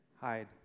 hide